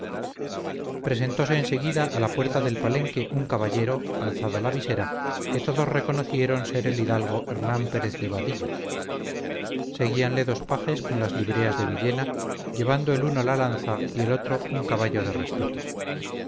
presentóse en seguida a la puerta del palenque un caballero alzada la visera que todos reconocieron ser el hidalgo hernán pérez de vadillo seguíanle dos pajes con las libreas de villena llevando el uno la lanza y el otro un caballo de respeto